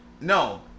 No